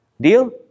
Deal